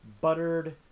Buttered